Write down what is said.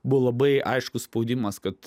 buvo labai aiškus spaudimas kad